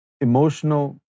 Emotional